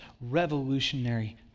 revolutionary